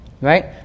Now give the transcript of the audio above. Right